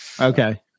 Okay